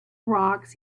rocks